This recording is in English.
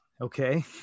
Okay